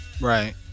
Right